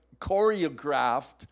choreographed